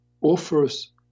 offers